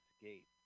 Gate